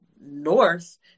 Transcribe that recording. north